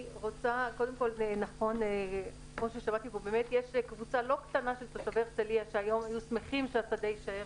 אכן יש קבוצה לא קטנה של תושבי הרצליה שהיום היו שמחים שהשדה יישאר.